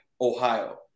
Ohio